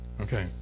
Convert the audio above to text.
Okay